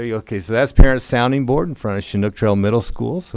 ah ok, so that's parent sounding board in front of chinook trail middle school. so